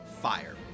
fire